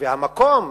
והמקום